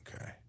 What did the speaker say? Okay